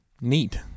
neat